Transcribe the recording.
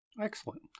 Excellent